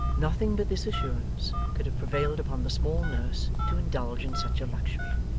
nothing but this assurance could have prevailed upon the small nurse to indulge in such a luxury.